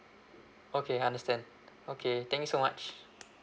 okay understand okay thank you so much